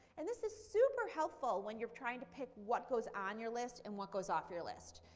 and this is super helpful when you're trying to pick what goes on your list and what goes off your list.